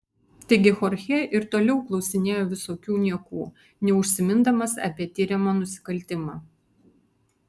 taigi chorchė ir toliau klausinėjo visokių niekų neužsimindamas apie tiriamą nusikaltimą